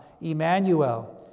Emmanuel